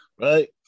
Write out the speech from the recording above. right